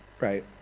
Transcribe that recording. right